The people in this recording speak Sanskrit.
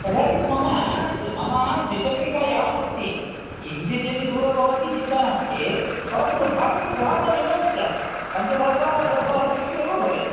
कदाचित् मम द् मम द्विचक्रिका यानम् अस्ति किञ्चित् यदि दूरं भवति चिन्ता नास्ति परन्तु भाटकगृहं न्यूनं स्यात् पञ्चसहस्र षड्सहस्रेषु एव भवेत्